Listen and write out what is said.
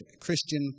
Christian